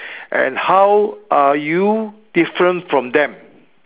and how are you different from them